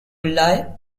lie